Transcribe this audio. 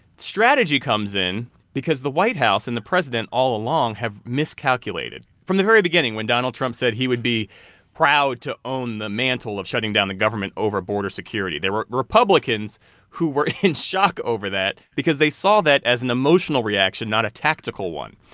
strategy comes in because the white house and the president all along have miscalculated. from the very beginning, when donald trump said he would be proud to own the mantle of shutting down the government over border security, there were republicans who were in shock over that because they saw that as an emotional reaction not a tactical one.